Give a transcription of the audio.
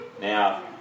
Now